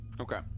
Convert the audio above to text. okay